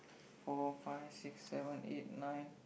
four five six seven eight nine